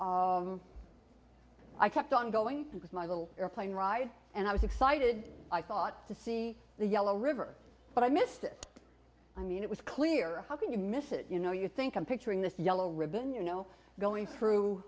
floods i kept on going with my little airplane ride and i was excited i thought to see the yellow river but i missed it i mean it was clear how can you miss it you know you think i'm picturing this yellow ribbon you know going through